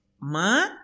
Ma